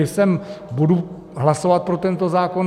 Čili budu hlasovat pro tento zákon.